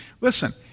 Listen